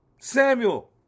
Samuel